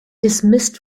dismissed